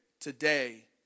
today